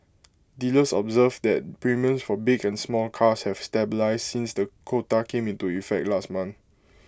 dealers observed that premiums for big and small cars have stabilised since the quota came into effect last month